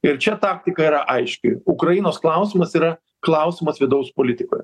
ir čia taktika yra aiški ukrainos klausimas yra klausimas vidaus politikoje